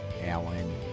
Alan